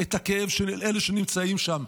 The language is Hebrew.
את הכאב של אלה שנמצאים שם.